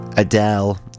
Adele